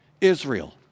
Israel